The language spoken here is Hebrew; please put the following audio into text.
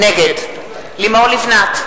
נגד לימור לבנת,